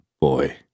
boy